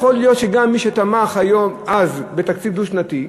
יכול להיות שגם מי שתמך אז בתקציב דו-שנתי,